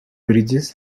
bridges